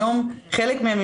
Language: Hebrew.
היום חלק מהם,